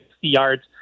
yards